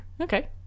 okay